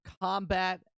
combat